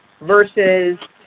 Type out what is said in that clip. versus